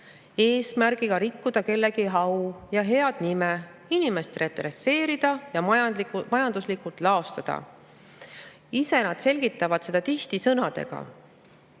eesmärgiga rikkuda kellegi au ja head nime, inimest represseerida ja majanduslikult laostada. Ise nad selgitavad seda tihti sõnadega: